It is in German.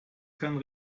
kein